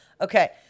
Okay